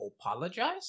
apologize